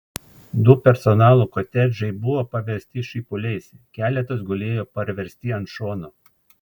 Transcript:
du personalo kotedžai buvo paversti šipuliais keletas gulėjo parversti ant šono